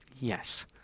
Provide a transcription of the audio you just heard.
Yes